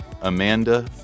Amanda